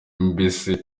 mbese